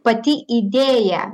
pati idėja